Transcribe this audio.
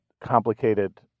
complicated